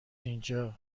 اینجا